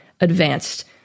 advanced